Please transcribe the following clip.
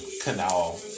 canal